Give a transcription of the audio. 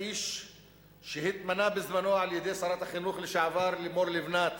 האיש שהתמנה בזמנו על-ידי שרת החינוך לשעבר לימור לבנת